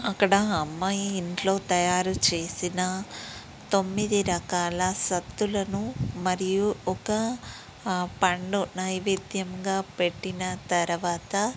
అక్కడ అమ్మాయి ఇంట్లో తయారు చేసిన తొమ్మిది రకాల సద్దులను మరియు ఒక పండు నైవేద్యంగా పెట్టిన తర్వాత